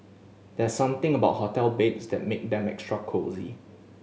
there's something about hotel beds that make them extra cosy